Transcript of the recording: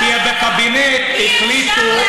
כי בקבינט החליטו,